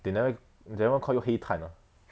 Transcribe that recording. they never they never call you 黑太阳 ah